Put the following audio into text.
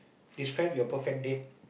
describe your perfect date